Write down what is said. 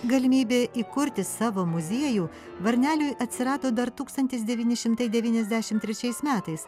galimybė įkurti savo muziejų varneliui atsirado dar tūkstantis devyni šimtai devyniasdešimt trečiais metais